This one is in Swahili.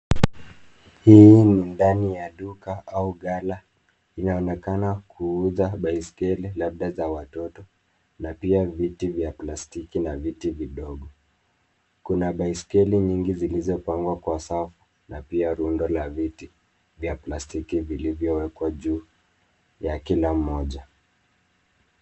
Hii ni ndani ya duka au gala. Inaonekana kuuza baiskeli labda za watoto, na pia viti vya plastiki na viti vidogo. Kuna baiskeli nyingi zilizopangwa kwa safu na pia rundo la viti vya plastiki vilivyowekwa juu ya kila mmoja.